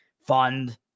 fund